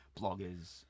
bloggers